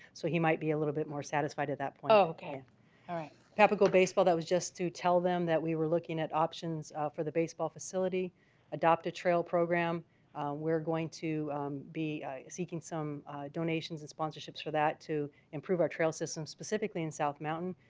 so he might be a little bit more satisfied at that point okay? all right papago baseball that was just to tell them that we were looking at options for the baseball facility adopt a trail program we're going to be seeking some donations and sponsorships for that to improve our trail system specifically in south mountain,